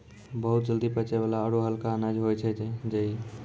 बहुत जल्दी पचै वाला आरो हल्का अनाज होय छै जई